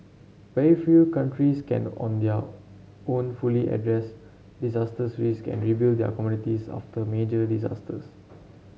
very few countries can on their own fully address disaster risks and rebuild their communities after major disasters